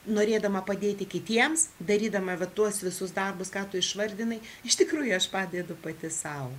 norėdama padėti kitiems darydama va tuos visus darbus ką tu išvardinai iš tikrųjų aš padedu pati sau